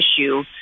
issue